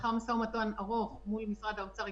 לאחר מו"מ ארוך מול משרד האוצר,